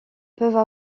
peuvent